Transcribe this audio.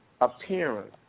appearance